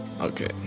Okay